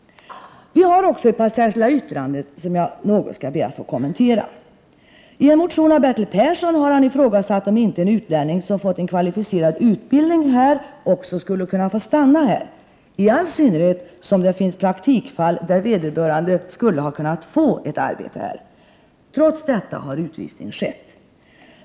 Vi har också ett par särskilda yttranden, som jag något skall få be att få kommentera. I en motion har Bertil Persson ifrågasatt, om inte en utlänning som fått en kvalificerad utbildning här också skulle kunna få stanna här, i all synnerhet som det finns praktikfall där vederbörande skulle ha kunnat få ett arbete. Trots detta har utvisning skett.